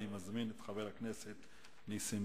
אני מזמין את חבר הכנסת נסים